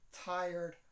tired